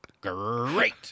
Great